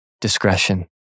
discretion